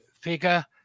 figure